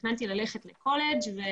שרתתי שנתיים כעורכת בדובר צה"ל,